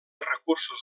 recursos